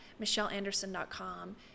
michelleanderson.com